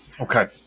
Okay